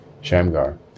Shamgar